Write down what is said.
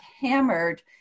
hammered